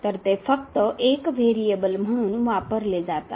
तर ते फक्त एक व्हेरिएबल म्हणून वापरले जातात